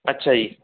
ਅੱਛਾ ਜੀ